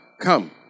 come